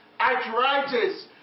arthritis